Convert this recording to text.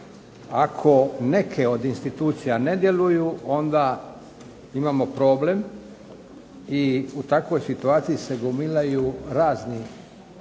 Ako neke od institucija ne djeluju onda imamo problem i u takvoj situaciji se gomilaju razna